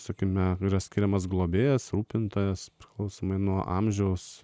sakykime yra skiriamas globėjas rūpintojas priklausomai nuo amžiaus